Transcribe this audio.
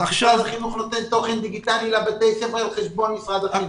משרד החינוך נותן תוכן דיגיטלי לבתי הספר על חשבון משרד החינוך.